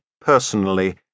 personally